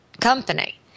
company